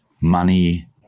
money